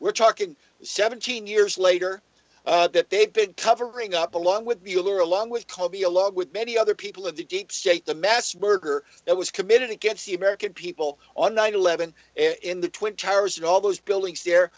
we're talking seventeen years later that they've been covering up along with mueller along with cobie along with many other people of the deep state the mass murder that was committed against the american people on nine eleven in the twin towers and all those buildings there